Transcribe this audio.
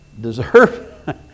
Deserve